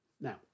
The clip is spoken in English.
now